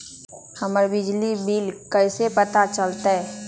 हमर बिजली के बिल कैसे पता चलतै?